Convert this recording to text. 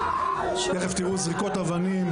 תיכף תראו זריקות אבנים.